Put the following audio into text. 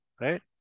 right